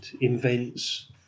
invents